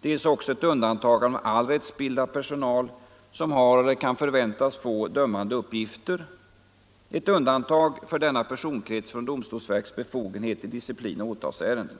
dels också ett undantagande av all rättsbildad personal, som har eller kan förväntas få dömande uppgifter, från domstolsverkets befogenheter i disciplinoch åtalsärenden.